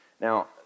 Now